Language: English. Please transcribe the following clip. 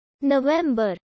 November